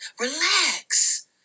Relax